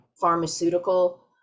pharmaceutical